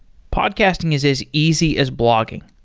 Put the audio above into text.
podcasting is as easy as blogging.